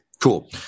Cool